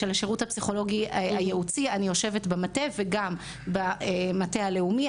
אני יושבת במטה וגם במטה הלאומי.